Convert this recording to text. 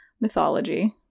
mythology